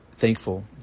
thankful